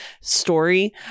story